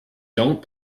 don’t